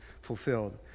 fulfilled